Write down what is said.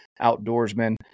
outdoorsmen